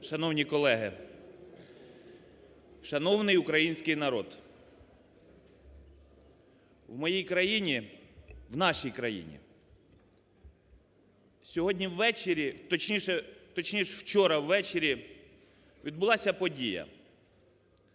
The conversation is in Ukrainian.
Шановні колеги, шановний український народ! В моїй країні, в нашій країні, сьогодні ввечері, точніше вчора ввечері, відбулася подія,